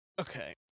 Okay